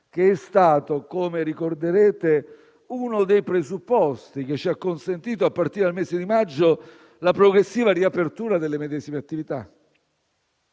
che è stato, come ricorderete, uno dei presupposti che ci ha consentito, a partire dal mese di maggio, la progressiva riapertura delle medesime attività.